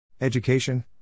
Education